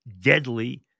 deadly